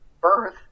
birth